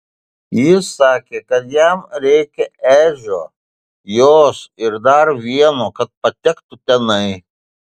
jis sakė kad jam reikia edžio jos ir dar vieno kad patektų tenai